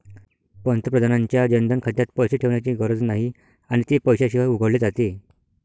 पंतप्रधानांच्या जनधन खात्यात पैसे ठेवण्याची गरज नाही आणि ते पैशाशिवाय उघडले जाते